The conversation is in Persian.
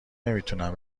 نمیتونم